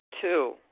Two